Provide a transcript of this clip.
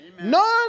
None